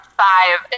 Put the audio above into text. five